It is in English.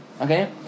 Okay